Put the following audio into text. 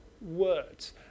words